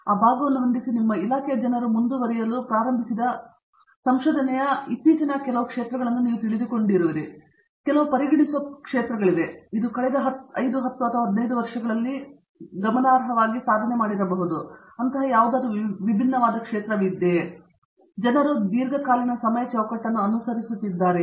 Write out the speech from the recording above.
ಆದರೆ ಆ ಭಾಗವನ್ನು ಹೊಂದಿಸಿ ನಿಮ್ಮ ಇಲಾಖೆಯ ಜನರು ಮುಂದುವರಿಯಲು ಪ್ರಾರಂಭಿಸಿದ ಸಂಶೋಧನೆಯ ಹೆಚ್ಚು ಇತ್ತೀಚಿನ ಪ್ರದೇಶಗಳನ್ನು ನೀವು ತಿಳಿದುಕೊಳ್ಳುವಿರಿ ಕೆಲವು ಪರಿಗಣಿಸುವ ಪ್ರದೇಶಗಳಿವೆ ಇದು ಕಳೆದ 5 10 ಅಥವಾ 15 ವರ್ಷಗಳಲ್ಲಿ ನಾವು ಹೇಳಲು ಅವಕಾಶ ನೀಡಬಹುದು ಅದು ಯಾವುದು ವಿಭಿನ್ನವಾಗಿರಬಹುದು ಜನರು ದೀರ್ಘಕಾಲೀನ ಸಮಯ ಚೌಕಟ್ಟನ್ನು ಅನುಸರಿಸುತ್ತಿದ್ದಾರೆ